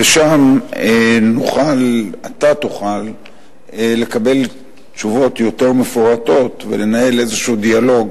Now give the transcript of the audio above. ושם אתה תוכל לקבל תשובות מפורטות יותר ולנהל דיאלוג